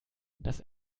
das